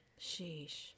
Sheesh